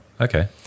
okay